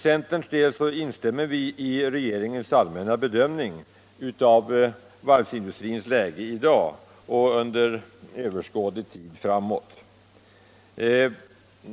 Centern instämmer i regeringens allmänna bedömning av varvsindustrins läge i dag och under överskådlig tid framåt.